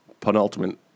penultimate